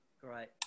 Great